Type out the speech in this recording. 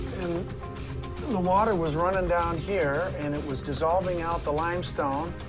and the water was running down here, and it was dissolving out the limestone,